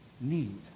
need